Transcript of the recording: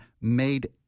made